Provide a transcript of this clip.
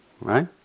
Right